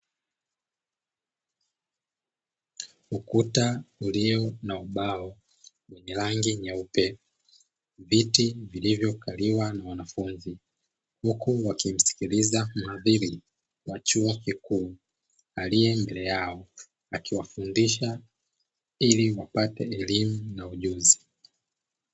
Ukuta ulio na ubao wenye rangi nyeupe, viti vilivyokaliwa na wanafunzi huku wakimsikiliza mhadhiri wa chuo kikuu aliye mbele yao akiwafundisha ili upate elimu na ujuzi.